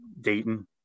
Dayton